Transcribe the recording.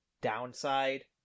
downside